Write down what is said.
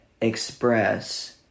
express